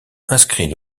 inscrit